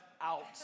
out